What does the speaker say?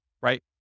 right